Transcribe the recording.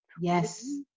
yes